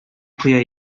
коя